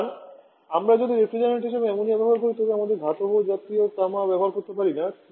সুতরাং আমরা যদি রেফ্রিজারেন্ট হিসাবে অ্যামোনিয়া ব্যবহার করি তবে আমরা ধাতব জাতীয় তামা ব্যবহার করতে পারি না